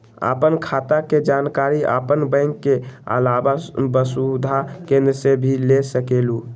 आपन खाता के जानकारी आपन बैंक के आलावा वसुधा केन्द्र से भी ले सकेलु?